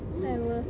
why apa